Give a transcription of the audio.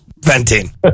venting